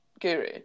guru